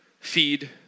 feed